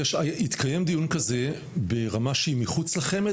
התקיים דיון כזה ברמה שהיא מחוץ לחמ"ד,